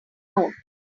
note